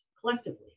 collectively